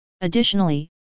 Additionally